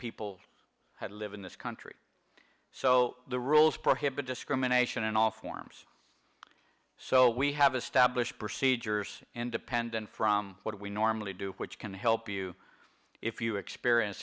people live in this country so the rules prohibit discrimination in all forms so we have established procedures independent from what we normally do which can help you if you experience